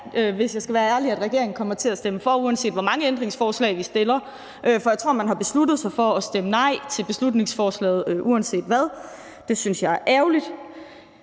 hvis jeg skal være ærlig, at regeringen kommer til at stemme for, uanset hvor mange ændringsforslag vi stiller, for jeg tror, man har besluttet sig for at stemme nej til beslutningsforslaget uanset hvad. Det synes jeg er ærgerligt.